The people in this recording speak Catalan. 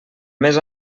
més